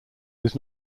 was